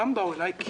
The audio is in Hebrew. למה באו אליי?